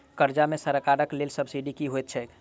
कर्जा मे सरकारक देल सब्सिडी की होइत छैक?